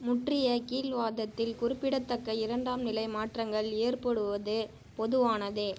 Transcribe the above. முற்றிய கீல்வாதத்தில் குறிப்பிடத்தக்க இரண்டாம் நிலை மாற்றங்கள் ஏற்படுவது பொதுவானதே